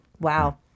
Wow